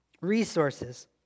resources